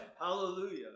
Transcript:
Hallelujah